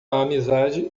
amizade